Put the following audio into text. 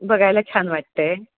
बघायला छान वाटतं आहे